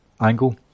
angle